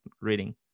reading